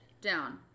Down